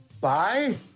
Bye